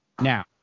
Now